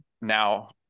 Now